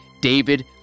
David